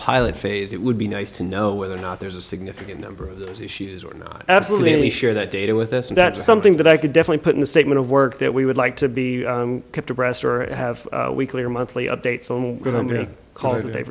pilot phase it would be nice to know whether or not there's a significant number of issues or not absolutely sure that data with us and that's something that i could definitely put in the statement of work that we would like to be kept abreast or have weekly or monthly updates on with i'm going t